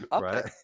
right